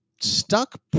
stuck